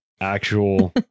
actual